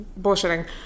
bullshitting